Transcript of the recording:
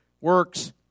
works